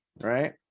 right